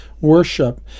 worship